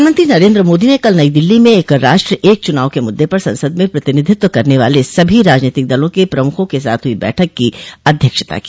प्रधानमंत्री नरेन्द्र मोदी ने कल नई दिल्ली में एक राष्ट्र एक चुनाव के मुद्दे पर संसद में प्रतिनिधित्व करने वाले सभी राजनीतिक दलों के प्रमुखों के साथ हुई बैठक की अध्यक्षता की